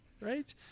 Right